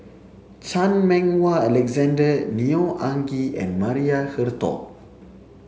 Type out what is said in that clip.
Chan Meng Wah Alexander Neo Anngee and Maria Hertogh